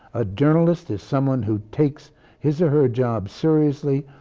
a journalist is someone who takes his or her job seriously,